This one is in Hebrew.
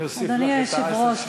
אני אוסיף לך את עשר השניות.